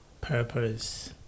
Purpose